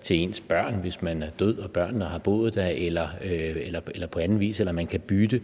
sine børn, hvis man er død og børnene har boet der, eller på anden vis, eller man kan bytte